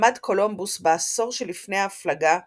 למד קולומבוס בעשור שלפני ההפלגה לטינית,